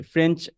French